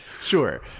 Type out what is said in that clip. Sure